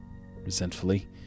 resentfully